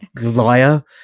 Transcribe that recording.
liar